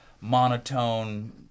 monotone